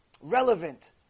relevant